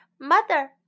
Mother